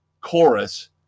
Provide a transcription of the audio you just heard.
chorus